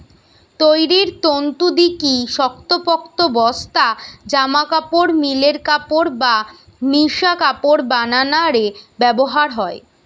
তৈরির তন্তু দিকি শক্তপোক্ত বস্তা, জামাকাপড়, মিলের কাপড় বা মিশা কাপড় বানানা রে ব্যবহার হয়